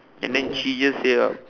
and than she just say out